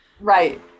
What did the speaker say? Right